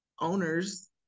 owners